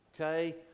Okay